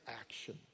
action